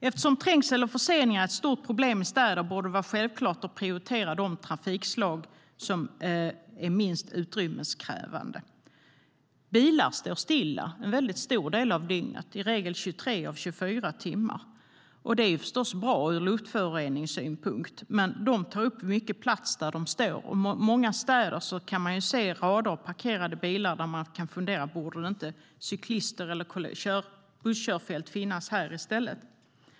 Eftersom trängsel och förseningar är ett stort problem i städer borde det vara självklart att prioritera de trafikslag som är minst utrymmeskrävande. Bilar står stilla en väldigt stor del av dygnet, i regel 23 av 24 timmar. Det är förstås bra ur luftföroreningssynpunkt, men de tar upp mycket plats där de står, och i många städer kan man se rader av parkerade bilar där man kan tycka att det borde finnas cykel eller busskörfält i stället.